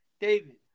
David